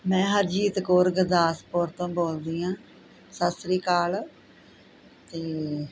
ਮੈਂ ਹਰਜੀਤ ਕੌਰ ਗੁਰਦਾਸਪੁਰ ਤੋਂ ਬੋਲਦੀ ਆਂ ਸਤਿ ਸ਼੍ਰੀ ਅਕਾਲ ਤੇ